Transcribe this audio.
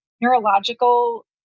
neurological